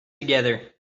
together